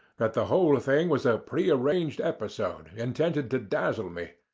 that the whole thing was a pre-arranged episode, intended to dazzle me,